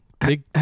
Big